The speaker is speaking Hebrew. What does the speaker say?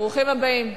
ברוכים באים.